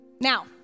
now